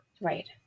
right